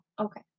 okay